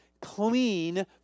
clean